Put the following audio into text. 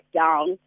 down